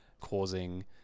Causing